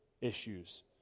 issues